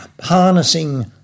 harnessing